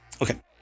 Okay